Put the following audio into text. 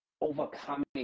overcoming